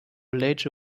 ledge